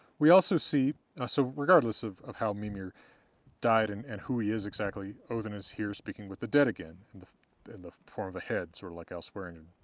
we also see ah so regardless of of how mimir died and and who he is exactly, odinn is here speaking with the dead again in the in the form of a head, sort of like al swearengen.